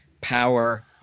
power